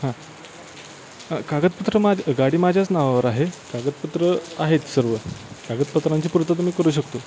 हां हां कागदपत्रं माझ्या गाडी माझ्याच नावावर आहे कागदपत्रं आहेत सर्व कागदपत्रांची पूर्तता मी करू शकतो